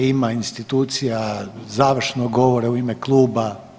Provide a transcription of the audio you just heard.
Ima institucija završnog govora u ime kluba.